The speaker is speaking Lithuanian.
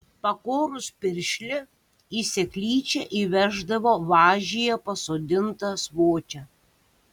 pakorus piršlį į seklyčią įveždavo važyje pasodintą svočią